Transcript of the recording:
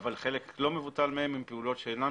אבל חלק לא מבוטל מהן הן פעולות שאינן